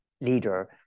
leader